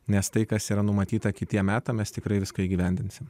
nes tai kas yra numatyta kitiems metams tikrai viską įgyvendinsime